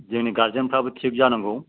जोंनि गार्जेनफ्राबो थिख जानांगौ